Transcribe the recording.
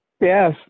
Yes